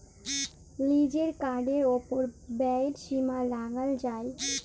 লিজের কার্ডের ওপর ব্যয়ের সীমা লাগাল যায়